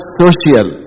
social